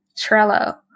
Trello